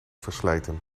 verslijten